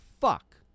fuck